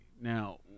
now